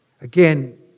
Again